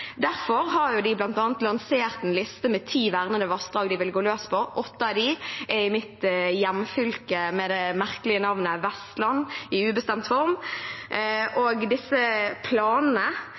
Derfor har de bl.a. lansert en liste med ti vernede vassdrag de vil gå løs på – åtte av dem er i mitt hjemfylke med det merkelige navnet, Vestland i ubestemt form. Disse planene